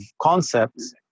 concepts